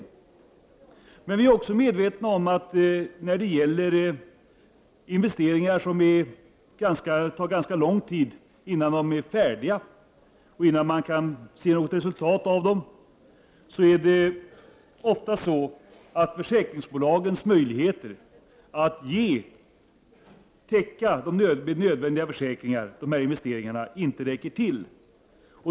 Vi är emellertid också medvetna om att det här gäller investeringar där det tar ganska lång tid innan de är färdiga och innan man kan se något resultat. Då räcker ofta inte försäkringsbolagens möjligheter att täcka de nödvändiga försäkringarna till.